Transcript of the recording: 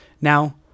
Now